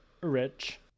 rich